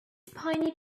spiny